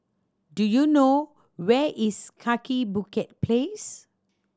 do you know where is Kaki Bukit Place